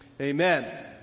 Amen